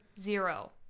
Zero